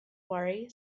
worry